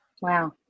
wow